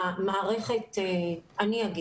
אני אגיד,